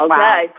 Okay